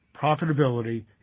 profitability